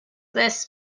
this